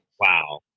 Wow